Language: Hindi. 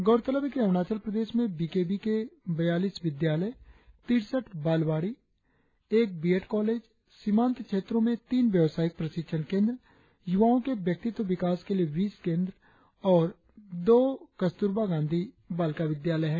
गौरतलब है कि अरुणाचल प्रदेश में वी के वी के बयालीस विद्यालय तिरसठ बालवाड़ी एक बी एड कालेज सीमांत क्षेत्रों में तीन व्यवसायिक प्रशिक्षण केंद्र युवाओं के व्यक्तित्व विकास के लिए बीस केंद्र और दो कस्तूरबा गांधी बालिका विद्यालय है